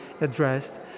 addressed